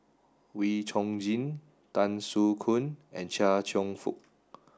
Wee Chong Jin Tan Soo Khoon and Chia Cheong Fook